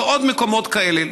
ועוד מקומות כאלה.